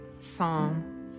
Psalm